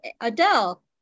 Adele